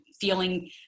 feeling